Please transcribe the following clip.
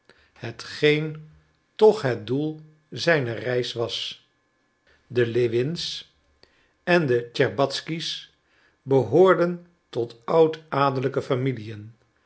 hetgeen toch het doel zijner reis was de lewins en tscherbatzky's behoorden tot oudadellijke familiën